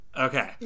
Okay